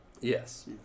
Yes